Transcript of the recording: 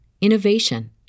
innovation